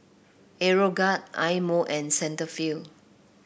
Aeroguard Eye Mo and Cetaphil